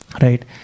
Right